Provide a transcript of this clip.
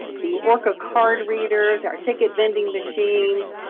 the orca card readers are ticket vending machines.